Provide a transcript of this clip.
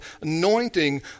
anointing